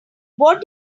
what